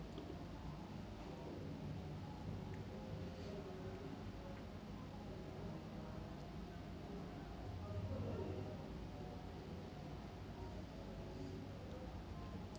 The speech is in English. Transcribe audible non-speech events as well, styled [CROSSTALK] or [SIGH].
[BREATH]